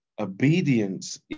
obedience